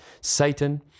Satan